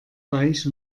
weich